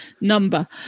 number